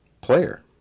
player